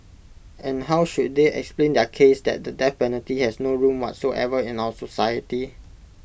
and how should they explain their case that the death penalty has no room whatsoever in our society